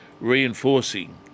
reinforcing